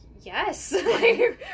yes